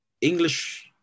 English